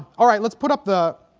all right let's put up the